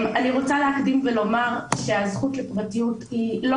אני רוצה להקדים ולומר שהזכות לפרטיות היא לא